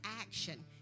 action